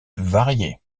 variées